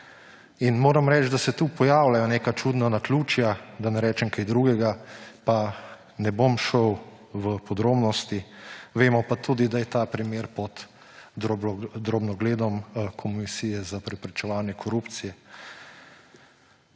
Moram reči, da se tu pojavljajo neka čudna naključja, da ne rečem kaj drugega, pa ne bom šel v podrobnosti, vemo pa tudi, da je ta primer pod drobnogledom Komisije za preprečevanje korupcije.